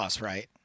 right